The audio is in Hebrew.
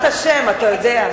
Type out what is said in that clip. בעזרת השם, אתה יודע.